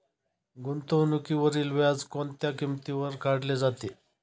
गुंतवणुकीवरील व्याज कोणत्या किमतीवर काढले जाते?